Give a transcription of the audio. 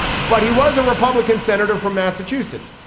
but he was a republican senator from massachusetts.